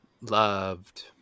loved